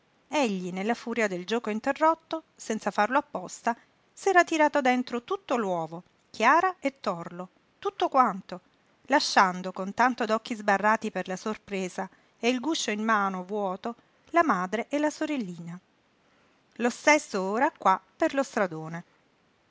egli nella furia del gioco interrotto senza farlo apposta s'era tirato dentro tutto l'uovo chiara e torlo tutto quanto lasciando con tanto d'occhi sbarrati per la sorpresa e il guscio in mano vuoto la madre e la sorellina lo stesso ora qua per lo stradone